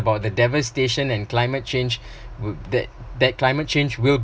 about the devastation and climate change would that that climate change will